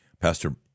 Pastor